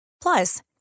Plus